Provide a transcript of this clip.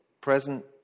present